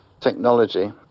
technology